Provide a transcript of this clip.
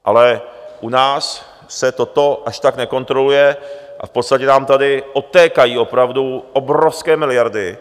Ale u nás se toto až tak nekontroluje a v podstatě nám tady odtékají opravdu obrovské miliardy.